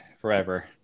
forever